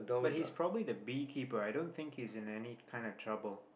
but he's probably the bee keeper i don't think he's in any kind of trouble